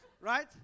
Right